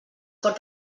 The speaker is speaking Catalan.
pot